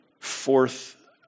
fourth